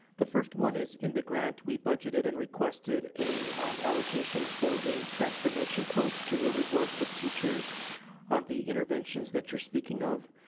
the first one is in the grant we budgeted and requested an allocation for a transformation coach to really work with teachers on the interventions that you're speaking of.